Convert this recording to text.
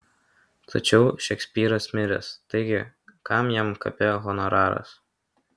tačiau šekspyras miręs taigi kam jam kape honoraras